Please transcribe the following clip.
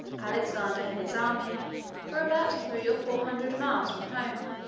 alexander and his army were about three or four hundred miles from home